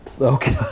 Okay